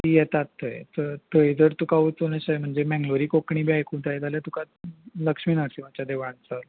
तीं येतात थंय तर थंय जर तुका वचून अशें म्हणजे मेंगलोरी कोंकणी बी आयूकताय जाल्यार तुका लक्ष्मी नरसिंवाच्या देवळान चल